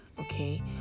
Okay